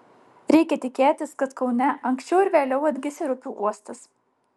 reikia tikėtis kad kaune anksčiau ar vėliau atgis ir upių uostas